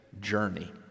journey